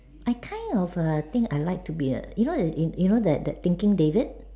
I kind of err think I like to be a you know the you you know that that thinking David